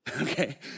okay